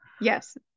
Yes